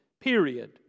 Period